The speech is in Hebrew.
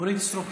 אורית סטרוק.